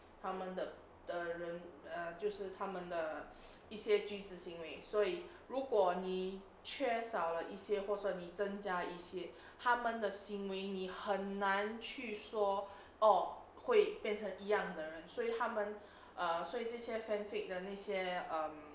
他们的 err 就是他们的一些举止行为所以如果你缺少了一些或者你增加一些他们的行为很难去说噢会变成一样的人所以他们 err 所以这些 fan fiction 的